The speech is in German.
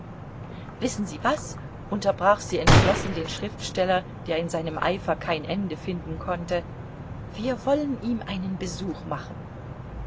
wissen sie was unterbrach sie entschlossen den schriftsteller der in seinem eifer kein ende finden konnte wir wollen ihm einen besuch machen